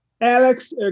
Alex